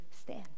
stand